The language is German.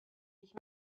ich